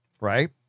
right